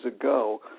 ago